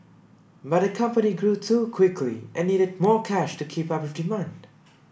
but the company grew too quickly and needed more cash to keep up with demand